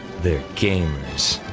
they're gamers.